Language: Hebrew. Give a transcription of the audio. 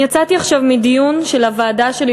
אני יצאתי עכשיו מדיון של הוועדה שלי,